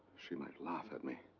she might laugh at me.